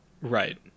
Right